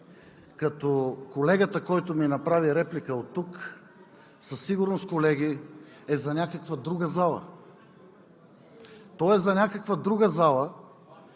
че колегата, който ми направи реплика оттук, със сигурност е за някаква друга зала. Той е за някаква друга зала,